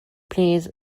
please